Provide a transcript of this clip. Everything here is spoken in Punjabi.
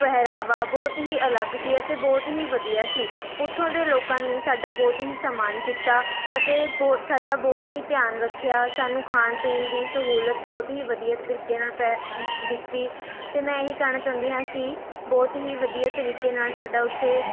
ਪਹਿਰਾਵਾ ਬਹੁਤ ਹੀ ਅਲੱਗ ਸੀ ਅਤੇ ਬਹੁਤ ਹੀ ਵਧੀਆ ਸੀ ਉੱਥੋਂ ਦੇ ਲੋਕਾਂ ਨੇ ਸਾਡਾ ਬਹੁਤ ਹੀ ਸਨਮਾਨ ਕੀਤਾ ਅਤੇ ਬਹੁ ਸਾਡਾ ਬਹੁਤ ਹੀ ਧਿਆਨ ਰੱਖਿਆ ਸਾਨੂੰ ਖਾਣ ਪੀਣ ਦੀ ਸਹੂਲਤ ਬਹੁਤ ਹੀ ਵਧੀਆ ਤਰੀਕੇ ਨਾਲ਼ ਪੈ ਦਿੱਤੀ ਅਤੇ ਮੈਂ ਇਹੀ ਕਹਿਣਾ ਚਾਹੁੰਦੀ ਹਾਂ ਕਿ ਬਹੁਤ ਹੀ ਵਧੀਆ ਤਰੀਕੇ ਨਾਲ਼ ਸਾਡਾ ਉੱਥੇ